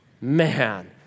man